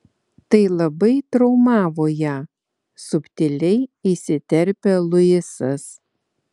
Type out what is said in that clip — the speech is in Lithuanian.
tai labai traumavo ją subtiliai įsiterpia luisas